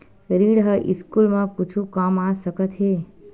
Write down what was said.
ऋण ह स्कूल मा कुछु काम आ सकत हे?